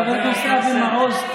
חבר הכנסת אבי מעוז,